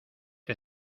que